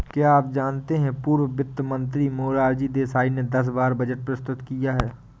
क्या आप जानते है पूर्व वित्त मंत्री मोरारजी देसाई ने दस बार बजट प्रस्तुत किया है?